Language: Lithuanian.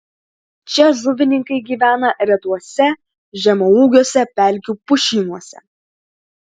čia žuvininkai gyvena retuose žemaūgiuose pelkių pušynuose